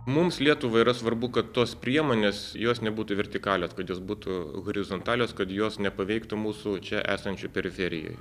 mums lietuvai yra svarbu kad tos priemonės jos nebūtų vertikalios kad jos būtų horizontalios kad jos nepaveiktų mūsų čia esančių periferijoj